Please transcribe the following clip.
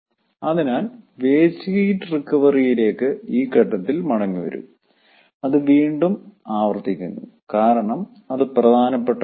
അതിനാൽ waste heat റിക്കവറിയിലേക്ക് ഈ ഘട്ടത്തിൽ മടങ്ങിവരും അത് വീണ്ടും ആവർത്തിക്കുന്നുകാരണം അത് പ്രധാനപ്പെട്ടവ ആണ്